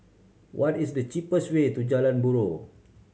what is the cheapest way to Jalan Buroh